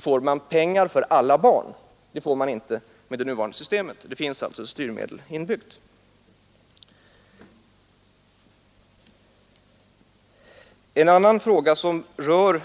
får man pengar för alla barn, vilket man inte får med det nuvarande systemet. Det finns alltså ett styrmedel inbyggt. Fru Frenkel